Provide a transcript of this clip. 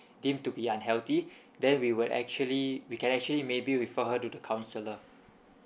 deem to be unhealthy then we will actually we can actually maybe refer her to the counsellor